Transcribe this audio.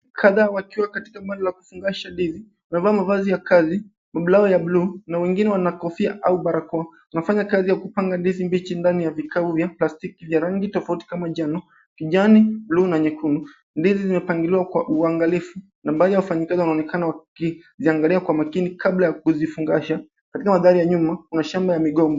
Kadhaa wakiwa katika mahali la kufungasha ndizi wame vaa mavazi ya kazi, mablau ya bluu na wengine wana kofia au barakoa. Wanafanya kazi ya kupanga ndizi mbichi ndani ya vikao vya plastiki vya rangi tofauti kama njano, kijani, bluu na nyekundu. Ndizi zime pangiliwa kwa uangalifu ambayo wafanyakazi wanaonekana wakiziangalia kwa makini kabla ya kuzifungasha , katika mandhari ya nyuma kuna shamba ya migomba.